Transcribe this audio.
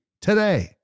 today